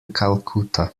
calcutta